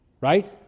right